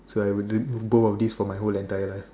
so I would do it both of these for my whole entire life